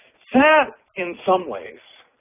that, in some ways,